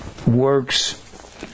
works